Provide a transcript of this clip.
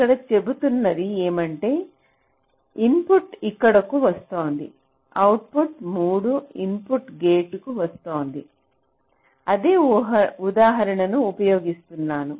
ఇక్కడ చెబుతున్నది ఏమంటే ఇన్పుట్ ఇక్కడకు వస్తోంది అవుట్పుట్ 3 ఇన్పుట్ గేట్కు వస్తోంది అదే ఉదాహరణను ఉపయోగిస్తున్నాను